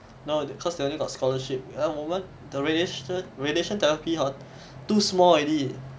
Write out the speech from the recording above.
no cause they only got scholarship and 我们 the radiation radiation therapy hor too small already